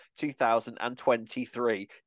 2023